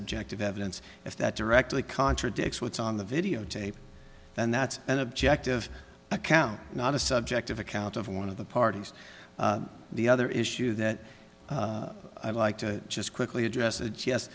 objective evidence if that directly contradicts what's on the video tape then that's an objective account not a subjective account of one of the parties the other issue that i'd like to just quickly address that yes